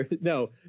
no